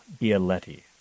Bialetti